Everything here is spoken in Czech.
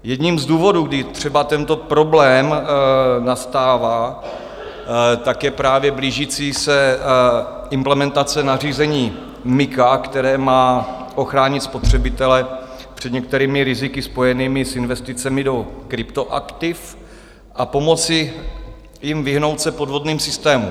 Jedním z důvodů, kdy třeba tento problém nastává, je právě blížící se implementace nařízení MiCA, které má ochránit spotřebitele před některými riziky spojenými s investicemi do kryptoaktiv a pomoci jim vyhnout se podvodným systémům.